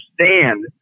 understand